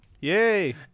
Yay